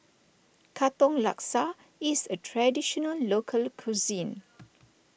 Katong Laksa is a Traditional Local Cuisine